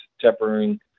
tempering